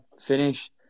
finish